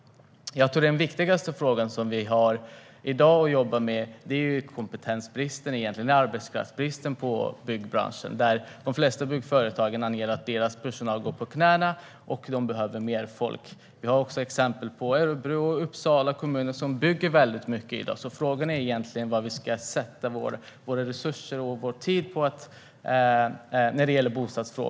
Jag tror att den viktigaste fråga som vi har att jobba med i dag är kompetensbristen och arbetskraftsbristen i byggbranschen. De flesta byggföretag anger att deras personal går på knäna och att de behöver mer folk. Vi har exempel som kommunerna Örebro och Uppsala, där man bygger väldigt mycket i dag. Frågan är egentligen vad vi ska lägga våra resurser och vår tid på när det gäller bostäder.